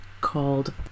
called